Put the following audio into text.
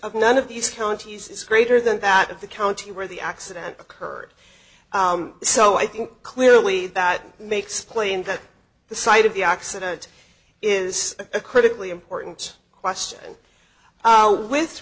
of none of these counties is greater than that of the county where the accident occurred so i think clearly that makes plain that the site of the accident is a critically important question with